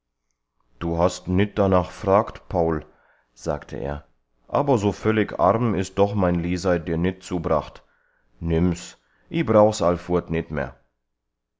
du hast nit danach fragt paul sagte er aber so völlig arm is doch mein lisei dir nit zubracht nimm's i brauch's allfurt nit mehr